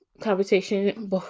conversation